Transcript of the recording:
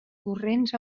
corrents